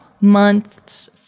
months